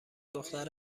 دختر